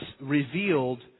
revealed